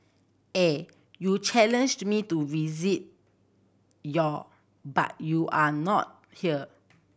eh you challenged me to visit your but you are not here